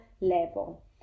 level